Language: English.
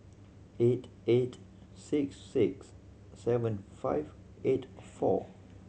eight eight six six seven five eight four